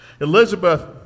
Elizabeth